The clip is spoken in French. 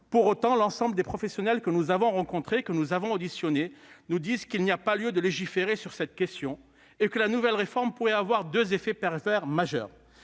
Pour autant, l'ensemble des professionnels que nous avons rencontrés et auditionnés soutiennent qu'il n'y a pas lieu de légiférer sur cette question et que la nouvelle réforme pourrait avoir deux effets pervers majeurs.